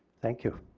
thank you.